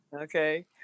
Okay